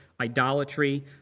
idolatry